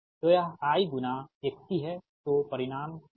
तो यह I गुना XC है